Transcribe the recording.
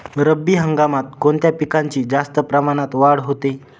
रब्बी हंगामात कोणत्या पिकांची जास्त प्रमाणात वाढ होते?